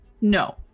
No